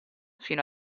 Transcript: fino